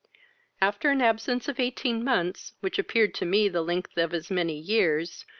after an absence of eighteen months, which appeared to me the length of as many years,